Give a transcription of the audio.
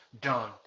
done